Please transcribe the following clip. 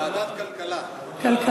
ועדת הכלכלה.